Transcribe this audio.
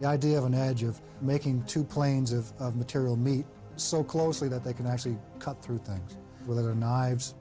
the idea of an edge of making two planes of of material meet so closely that they can actually cut through things whether they're knives